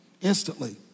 instantly